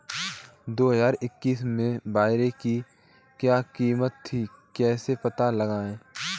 दो हज़ार इक्कीस में बाजरे की क्या कीमत थी कैसे पता लगाएँ?